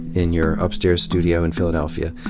in your upstairs studio in philadelphia.